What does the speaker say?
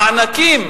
המענקים,